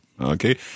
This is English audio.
Okay